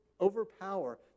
overpower